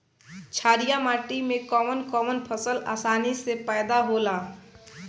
छारिया माटी मे कवन कवन फसल आसानी से पैदा होला?